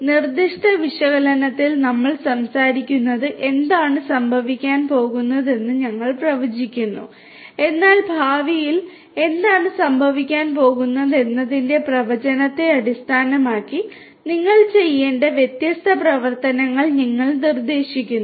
നിർദ്ദിഷ്ട വിശകലനത്തിൽ നമ്മൾ സംസാരിക്കുന്നത് എന്താണ് സംഭവിക്കാൻ പോകുന്നതെന്ന് ഞങ്ങൾ പ്രവചിക്കുന്നു എന്നാൽ ഭാവിയിൽ എന്താണ് സംഭവിക്കാൻ പോകുന്നത് എന്നതിന്റെ പ്രവചനത്തെ അടിസ്ഥാനമാക്കി നിങ്ങൾ ചെയ്യേണ്ട വ്യത്യസ്ത പ്രവർത്തനങ്ങൾ നിങ്ങൾ നിർദ്ദേശിക്കുന്നു